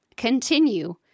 continue